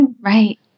Right